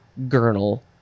gurnal